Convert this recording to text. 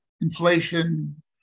inflation